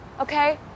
okay